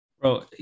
Bro